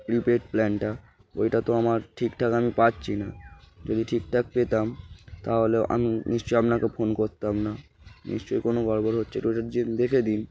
prepaid প্ল্যানটা ওইটা তো আমার ঠিকঠাক আমি পাচ্ছি না যদি ঠিকঠাক পেতাম তাহলে আমি নিশ্চয়ই আপনাকে ফোন করতাম না নিশ্চয়ই কোনো গড়বর হচ্ছে যে ওটার যে দেখে দিন